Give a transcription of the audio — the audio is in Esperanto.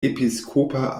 episkopa